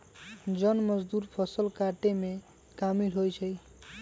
जन मजदुर फ़सल काटेमें कामिल होइ छइ